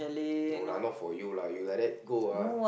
no lah not for you lah you like that go ah